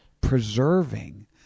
preserving